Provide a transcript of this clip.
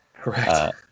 Correct